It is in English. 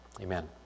Amen